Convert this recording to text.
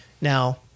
now